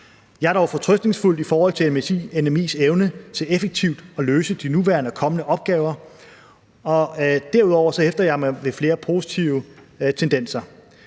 Jeg er dog fortrøstningsfuld i forhold til NMI's evne til effektivt at løse de nuværende og kommende opgaver, og derudover hæfter jeg mig ved flere positive tendenser.